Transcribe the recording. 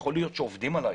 אולי עובדים עליי.